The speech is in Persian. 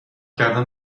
کردن